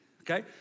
okay